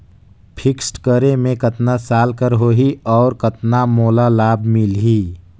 Fixed करे मे कतना साल कर हो ही और कतना मोला लाभ मिल ही?